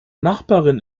nachbarin